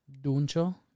Duncho